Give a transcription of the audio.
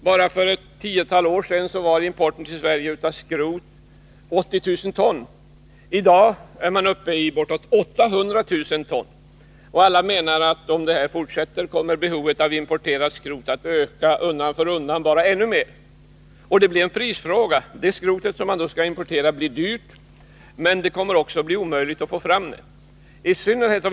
Bara för ett tiotal år sedan var importen till Sverige av skrot 80 000 ton. I dag är den uppe i bortåt 800 000 ton. Alla menar att om utvecklingen fortsätter kommer behovet av importerat skrot att öka undan för undan. Då blir det en prisfråga — men inte nog med att skrotet blir dyrt, det kommer också att bli omöjligt att få fram tillräckliga kvantiteter.